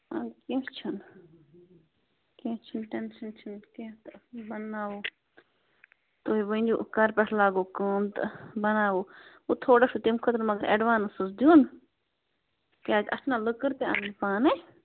اَدٕ کیٚنٛہہ چھُنہٕ کیٚنٛہہ چھُنہٕ ٹٮ۪نشن چھُنہٕ کیٚنٛہہ تہٕ بنناوو تۄہہِ ؤنِو کَر پٮ۪ٹھ لاگو کٲم تہٕ بناوو وۄنۍ تھوڑا چھُو تَمہِ خٲطرٕ مگر اٮ۪ڈوانٕس حظ دیُن کیٛازِ اَسہِ چھِنَہ لٔکٕر تہِ اَنٕنۍ پانَے